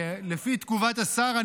לפי תגובת השר,